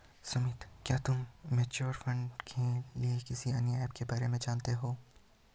सुमित, क्या तुम mutual fund के लिए किसी अन्य ऐप के बारे में जानते हो?